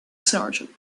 sergeant